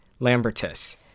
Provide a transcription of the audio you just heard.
Lambertus